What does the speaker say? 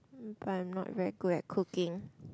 but I'm not very good at cooking